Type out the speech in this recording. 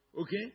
Okay